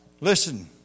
Listen